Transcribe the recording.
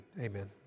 Amen